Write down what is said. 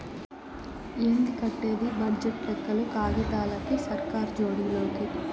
ఏంది కట్టేది బడ్జెట్ లెక్కలు కాగితాలకి, సర్కార్ జోడి లోకి